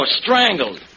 strangled